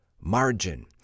margin